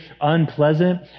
unpleasant